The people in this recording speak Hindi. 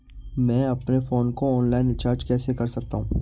मैं अपने फोन को ऑनलाइन रीचार्ज कैसे कर सकता हूं?